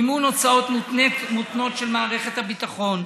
מימון הוצאות מותנות של מערכת הביטחון,